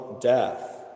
death